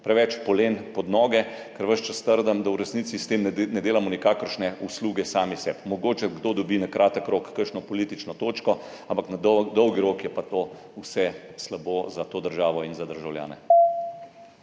preveč polen pod noge, ker ves čas trdim, da v resnici s tem ne delamo nikakršne usluge sami sebi. Mogoče kdo dobi na kratek rok kakšno politično točko, ampak na dolgi rok je pa to vse slabo za to državo in za državljane.